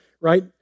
right